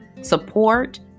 support